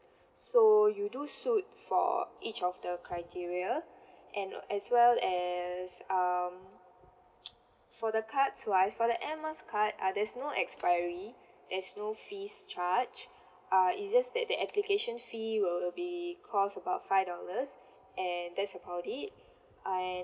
so you do suit for each of the criteria and uh as well as um for the cards wise for the air miles card uh there's no expiry there's no fees charge uh is just that the application fee will be cost about five dollars and that's about it and